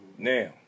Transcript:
Now